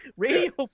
Radio